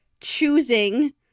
choosing